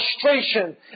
frustration